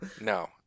No